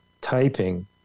typing